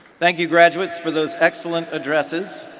thank you graduates for those excellent addresses.